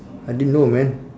I didn't know man